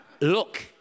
Look